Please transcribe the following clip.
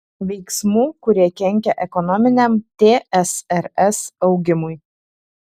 veiksmų kurie kenkia ekonominiam tsrs augimui